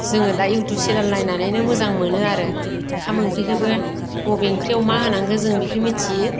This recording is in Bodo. जोङो दा इउटुब चेनेल नायनानैनो मोजां मोनो आरो ओंखाम ओंख्रिखोबो बबे ओंख्रियाव मा होनांगो जों बेखो मिथियो